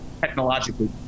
technologically